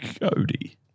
Cody